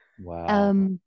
Wow